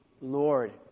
Lord